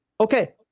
Okay